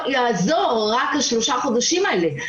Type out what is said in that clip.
ורק השלושה חודשים האלה לא יעזרו.